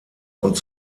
und